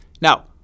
Now